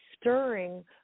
stirring